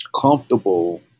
comfortable